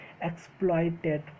exploited